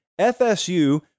FSU